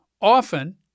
often